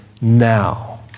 now